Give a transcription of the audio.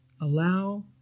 Allow